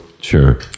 Sure